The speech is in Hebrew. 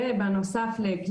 בנוסף לזה,